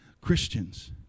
Christians